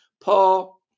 Paul